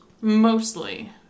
mostly